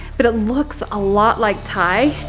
but it looks a lot like ty.